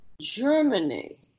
Germany